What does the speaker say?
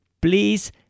please